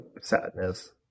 sadness